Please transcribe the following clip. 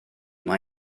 mae